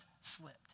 slipped